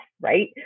right